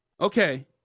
Okay